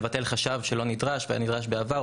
לבטל חשב שלא נדרש והיה נדרש בעבר,